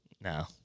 No